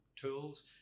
tools